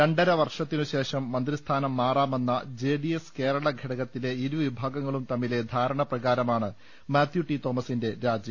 രണ്ടര വർഷത്തിനു ശേഷം മന്ത്രി സ്ഥാനം മാറാമെന്ന ജെ ഡി എസ് കേരളഘടകത്തിലെ ഇരുവി ഭാഗങ്ങളും തമ്മിലെ ധാരണപ്രകാരമാണ് മാത്യു ടി തോമ സിന്റെ രാജി